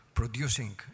producing